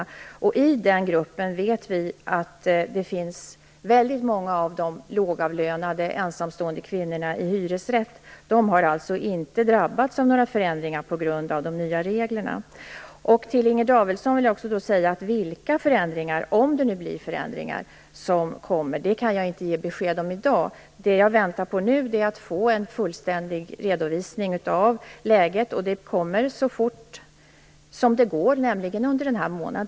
Vi vet att det i den gruppen finns väldigt många lågavlönade ensamstående kvinnor i hyresrätt. De har alltså inte drabbats av några förändringar på grund av de nya reglerna. Jag vill också säga till Inger Davidson att jag i dag inte kan ge besked om vilka förändringar som kommer, om det nu blir några. Jag väntar nu på att få en fullständig redovisning av läget, och den kommer så fort som det går, nämligen under denna månad.